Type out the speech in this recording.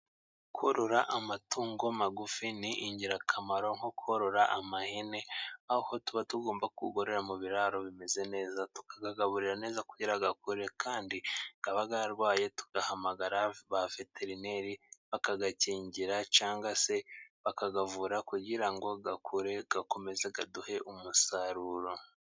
Korora amatungo magufi ni ingirakamaro nko korora amahene, aho tuba tugomba kuyororera mu biraro bimeze neza, tukayagaburira neza kugira akure kandi yaba yarwaye tugahamagara ba veterineri, bakayakingira cyangwa se bakayavura kugira ngo akure akomeze aduhe umusaruro.